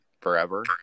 forever